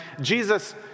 Jesus